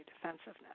defensiveness